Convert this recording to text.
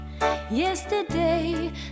yesterday